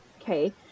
Okay